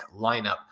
lineup